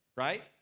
Right